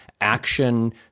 action –